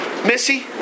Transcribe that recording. Missy